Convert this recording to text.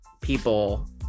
people